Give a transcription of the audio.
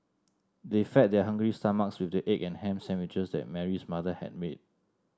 they fed their hungry stomachs with the egg and ham sandwiches that Mary's mother had made